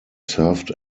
served